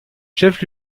chef